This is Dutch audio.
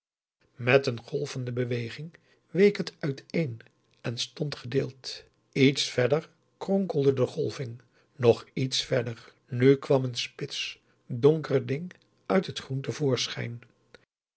met een golvende beweging week het uitéen en stond gedeeld iets verder kronkelde de golving nog iets verder nu kwam een spits donker ding uit het groen